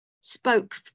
spoke